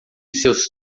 seus